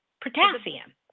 potassium